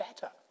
better